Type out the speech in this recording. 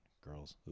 Girls